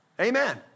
Amen